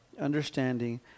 understanding